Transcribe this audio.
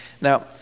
Now